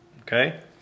Okay